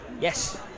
Yes